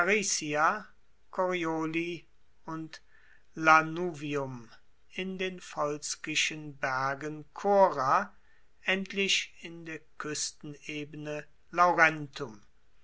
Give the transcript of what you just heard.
und lanuvium in den volskischen bergen cora endlich in der kuestenebene laurentum